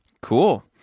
cool